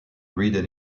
ridden